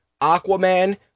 Aquaman